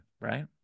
right